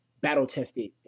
battle-tested